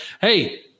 hey